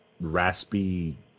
raspy